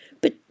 But